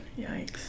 Yikes